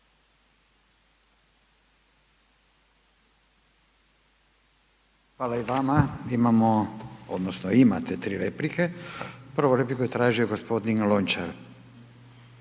Hvala i vama. Imamo odnosno imate 3 replike. Prvu repliku je tražio gospodin Lončar.